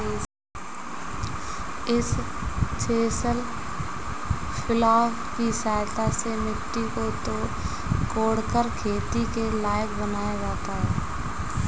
इस chisel plough की सहायता से मिट्टी को कोड़कर खेती के लायक बनाया जाता है